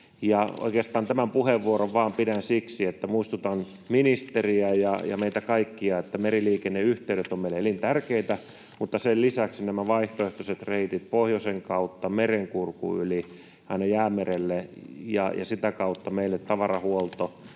tämän puheenvuoron pidän vain siksi, että muistutan ministeriä ja meitä kaikkia siitä, että meriliikenneyhteydet ovat meille elintärkeitä, mutta sen lisäksi nämä vaihtoehtoiset reitit pohjoisen kautta, Merenkurkun yli aina Jäämerelle ja sitä kautta tavarahuolto